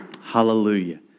Hallelujah